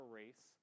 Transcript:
race